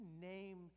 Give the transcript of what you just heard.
name